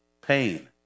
pain